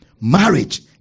marriage